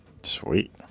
Sweet